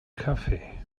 kaffee